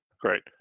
Great